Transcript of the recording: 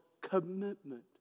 commitment